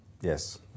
Yes